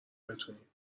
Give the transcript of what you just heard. بتونیم